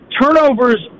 turnovers